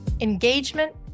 Engagement